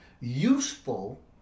useful